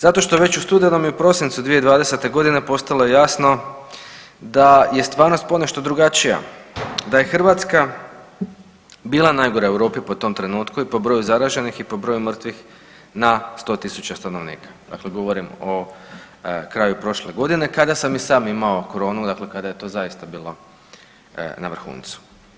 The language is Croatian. Zato što već u studenom i u prosincu 2020.g. postalo je jasno da je stvarnost ponešto drugačija, da je Hrvatska bila najgora u Europi po tom trenutku i po broju zaraženih i po broju mrtvih na 100.000 stanovnika, dakle govorim o kraju prošle godine kada sam i sam imao koronu, dakle kada je to zaista bilo na vrhuncu.